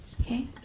Okay